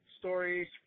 stories